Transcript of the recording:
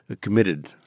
committed